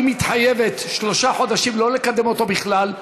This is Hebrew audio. היא מתחייבת שלושה חודשים לא לקדם אותה בכלל,